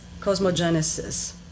cosmogenesis